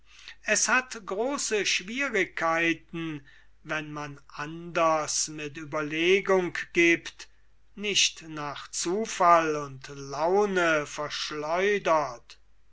es hat große schwierigkeiten wenn man anders mit ueberlegung gibt nicht nach zufall und laune verschleudert